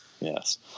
Yes